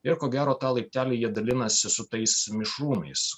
ir ko gero tą laiptelį jie dalinasi su tais mišrūnais